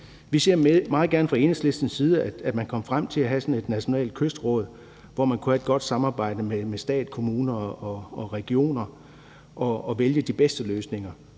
vi meget gerne, at man kom frem til at have sådan et nationalt kystråd, hvor man kunne have et godt samarbejde mellem stat, kommuner og regioner og vælge de bedste løsninger.